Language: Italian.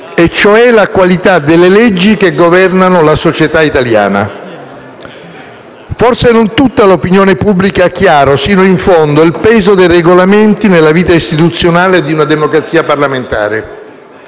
e cioè la qualità delle leggi che governano la società italiana. Forse non tutta l'opinione pubblica ha chiaro fino in fondo il peso dei Regolamenti nella vita istituzionale di una democrazia parlamentare.